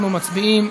אנחנו מצביעים.